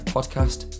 Podcast